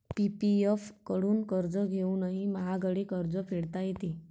PPF कडून कर्ज घेऊनही महागडे कर्ज फेडता येते